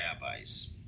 rabbis